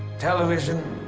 television,